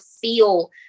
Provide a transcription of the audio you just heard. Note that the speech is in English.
feel